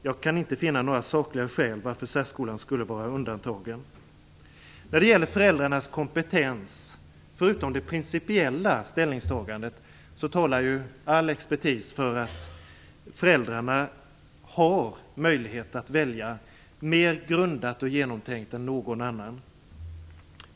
Jag kan inte finna några sakliga skäl till varför särskolan skulle vara undantagen. När det gäller föräldrarnas kompetens, förutom det principiella ställningstagandet, talar ju all expertis för att föräldrarna har möjlighet att välja mer välgrundat och genomtänkt än någon annan.